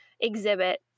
exhibit